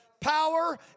power